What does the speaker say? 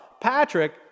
Patrick